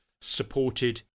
supported